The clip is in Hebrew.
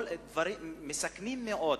מסוכנים מאוד.